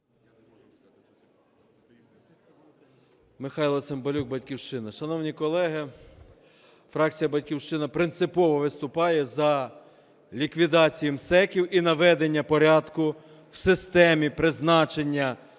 Михайло Цимбалюк, "Батьківщина". Шановні колеги, фракція "Батьківщина" принципово виступає за ліквідацію МСЕК і наведення порядку в системі призначення